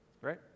Right